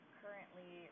currently